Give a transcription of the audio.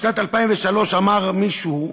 בשנת 2003 אמר מישהו,